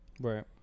Right